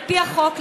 על-פי החוק,